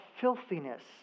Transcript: filthiness